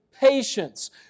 patience